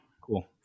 cool